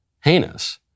heinous